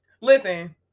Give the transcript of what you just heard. Listen